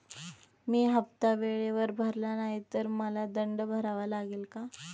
मी हफ्ता वेळेवर भरला नाही तर मला दंड भरावा लागेल का?